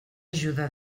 ajuda